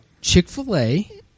Chick-fil-A